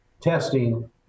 testing